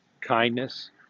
kindness